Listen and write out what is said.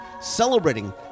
celebrating